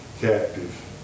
captive